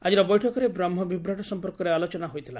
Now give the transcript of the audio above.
ଆଜିର ବୈଠକରେ ବ୍ରହ୍କ ବିଭ୍ରାଟ ସମ୍ମର୍କରେ ଆଲୋଚନା ହୋଇଥିଲା